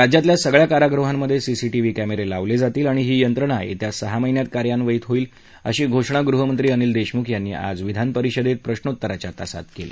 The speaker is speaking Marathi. राज्यातल्या सगळ्या कारागृहांमध्ये सीसीटीव्ही कॅमेरे लावले जातील आणि ही यंत्रणा येत्या सहा महिन्यात कार्यान्वित होईल अशी घोषणा गृहमंत्री अनिल देशमुख यांनी आज विधानपरिषदेत प्रश्नोत्तराच्या तासात केली